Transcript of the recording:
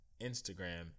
Instagram